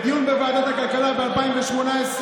בדיון בוועדת הכלכלה ב-2018,